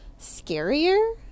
scarier